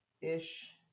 ish